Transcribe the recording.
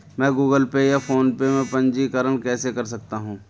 मैं Google Pay या PhonePe में पंजीकरण कैसे कर सकता हूँ?